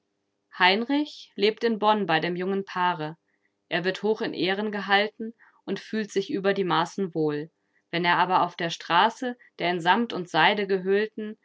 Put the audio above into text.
heinrich lebt in bonn bei dem jungen paare er wird hoch in ehren gehalten und fühlt sich über die maßen wohl wenn er aber auf der straße der in samt und seide gehüllten